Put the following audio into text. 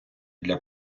для